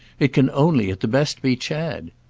it can only, at the best, be chad.